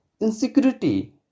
Insecurity